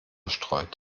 bestreut